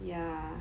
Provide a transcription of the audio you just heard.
yeah